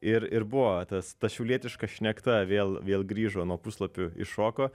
ir ir buvo tas ta šiaulietiška šnekta vėl vėl grįžo nuo puslapių iššoko